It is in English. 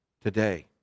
today